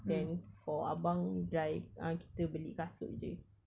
then for abang dri~ uh kita beli kasut jer